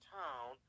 town